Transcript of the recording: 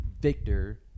Victor